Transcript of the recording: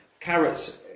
carrots